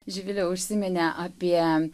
živilė užsiminė apie